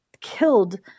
killed